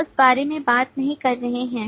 हम उस बारे में बात नहीं कर रहे हैं